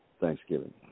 Thanksgiving